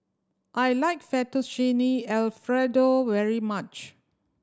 I like Fettuccine Alfredo very much